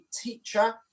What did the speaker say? teacher